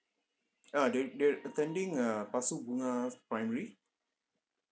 ah they're they're attending uh pasir bungah primary